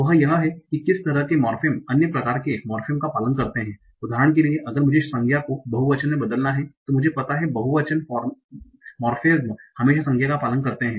वह यह है कि किस तरह के मोर्फेम अन्य प्रकार के मोर्फेम का पालन करते हैं उदाहरण के लिए अगर मुझे संज्ञा को बहुवचन में बदलना है मुझे पता है कि बहुवचन मोर्फेम हमेशा संज्ञा का पालन करते हैं